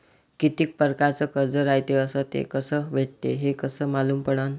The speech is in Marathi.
कितीक परकारचं कर्ज रायते अस ते कस भेटते, हे कस मालूम पडनं?